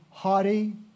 Haughty